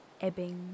ebbing